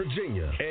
Virginia